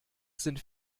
sind